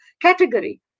category